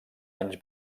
anys